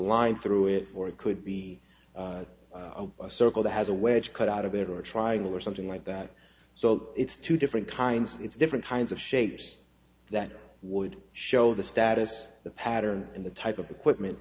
line through it or it could be a circle that has a wedge cut out of there are trying or something like that so it's two different kinds it's different kinds of shapes that would show the status of the pattern in the type of equipment